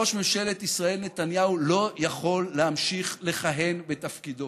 ראש ממשלת ישראל נתניהו לא יכול להמשיך לכהן בתפקידו,